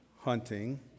hunting